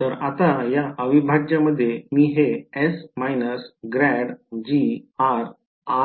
तर आता या अविभाज्य मध्ये मी हे s minus grad g r